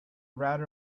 router